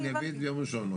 ואני אביא את זה ביום ראשון.